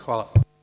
Hvala.